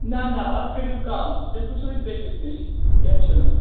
نہَ نہَ اَتھ کٔرِو کَم تیٚلہِ وُچھو أسۍ بیٚیِس نِش کیٚنٛہہ چھُنہٕ